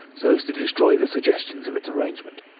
so as to destroy the suggestions of its arrangement.